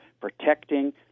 protecting